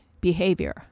behavior